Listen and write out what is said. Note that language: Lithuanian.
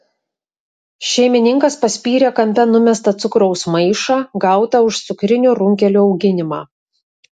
šeimininkas paspyrė kampe numestą cukraus maišą gautą už cukrinių runkelių auginimą